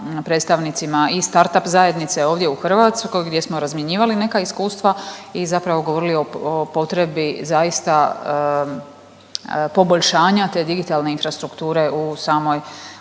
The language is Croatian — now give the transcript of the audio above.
predstavnicima i startup zajednice ovdje u Hrvatskoj gdje smo razmjenjivali neka iskustva i zapravo govorili o potrebi zaista poboljšanja te digitalne infrastrukture u samoj,